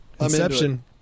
Inception